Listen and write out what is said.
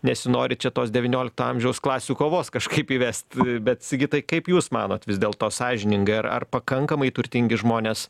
nesinori čia tos devyniolikto amžiaus klasių kovos kažkaip įvest bet sigitai kaip jūs manot vis dėlto sąžiningai ar ar pakankamai turtingi žmonės